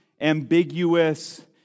ambiguous